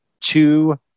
two